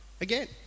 again